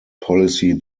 policy